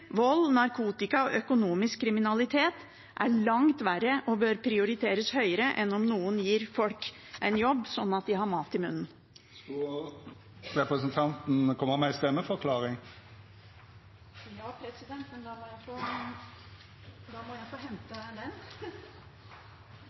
vold, narkotika og økonomisk kriminalitet er langt verre og bør prioriteres høyere enn om noen gir folk en jobb sånn at de har til mat i munnen. Så en stemmeforklaring: Forslag nr. 15 skal likevel ikke tas opp til votering. Når det gjelder D II, må